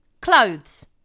clothes